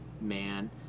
man